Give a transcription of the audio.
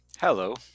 Hello